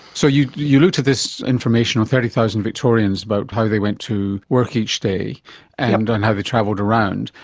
so you you looked at this information on thirty thousand victorians, about how they went to work each day and and how they travelled around,